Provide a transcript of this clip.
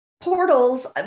portals